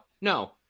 no